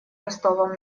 ростовом